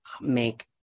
make